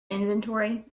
inventory